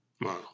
Wow